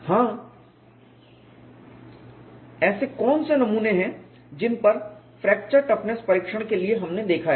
हाँ ऐसे कौन से नमूने हैं जिन पर फ्रैक्चर टफनेस परीक्षण के लिए हमने देखा है